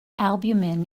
albumin